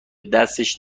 دستش